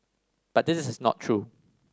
but this is not true